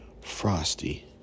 frosty